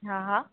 હાં હાં